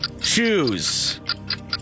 shoes